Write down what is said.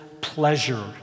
pleasure